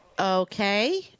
Okay